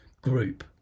group